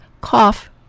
cough